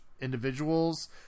individuals